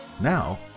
Now